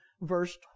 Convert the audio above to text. verse